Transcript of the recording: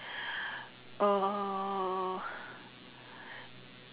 err